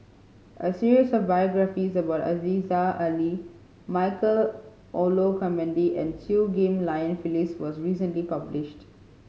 a series of biographies about Aziza Ali Michael Olcomendy and Chew Ghim Lian Phyllis was recently published